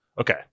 okay